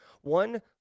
One